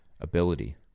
ability